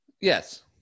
yes